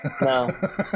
No